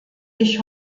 ich